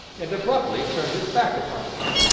and abruptly turned his back upon me.